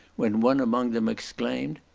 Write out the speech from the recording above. when one among them exclaimed,